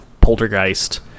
Poltergeist